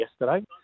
yesterday